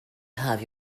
have